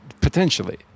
potentially